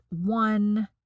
one